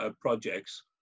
projects